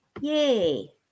Yay